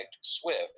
Swift